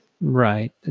Right